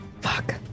Fuck